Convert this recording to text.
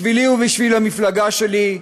בשבילי ובשביל המפלגה שלי,